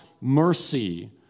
mercy